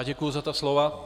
Děkuji za ta slova.